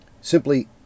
simply